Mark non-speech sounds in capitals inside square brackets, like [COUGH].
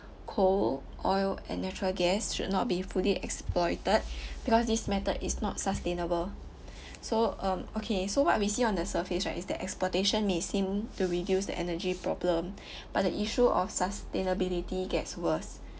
coal oil and natural gas should not be fully exploited because this method is not sustainable so um okay so what we see on the surface right is the exploitation may seem to reduce the energy problem [BREATH] but the issue of sustainability gets worse